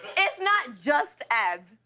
it's not just ads.